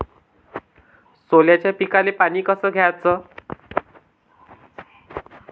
सोल्याच्या पिकाले पानी कस द्याचं?